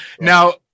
Now